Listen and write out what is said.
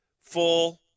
full